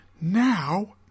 now